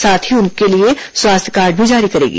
साथ ही उनके लिए स्वास्थ्य कार्ड भी जारी करेगी